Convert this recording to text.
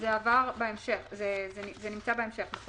זה נמצא בהמשך, נכון?